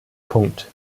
punkt